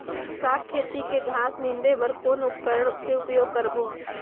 साग खेती के घास निंदे बर कौन उपकरण के उपयोग करबो?